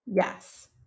Yes